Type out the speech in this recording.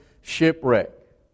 shipwreck